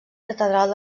catedral